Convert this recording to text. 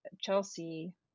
Chelsea